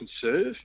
serve